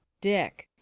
Dick